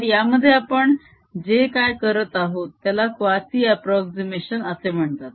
तर यामध्ये आपण जे काय करत आहोत त्याला क़्वासि अप्रोक्झीमेशन असे म्हणतात